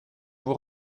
vous